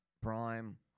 Prime